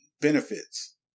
benefits